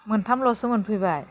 मोनथामल'सो मोनफैबाय